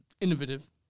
Innovative